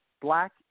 black